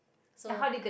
so